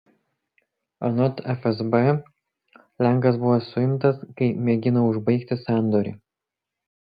anot fsb lenkas buvo suimtas kai mėgino užbaigti sandorį